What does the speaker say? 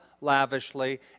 lavishly